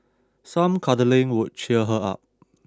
some cuddling would cheer her up